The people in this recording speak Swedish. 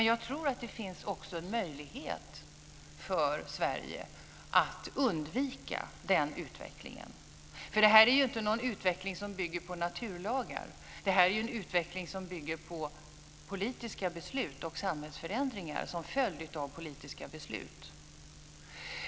Jag tror att det finns en möjlighet för Sverige att undvika den utvecklingen. Det här är ju inte någon utveckling som bygger på naturlagar, utan det är en utveckling som bygger på politiska beslut och samhällsförändringar som följd av politiska beslut.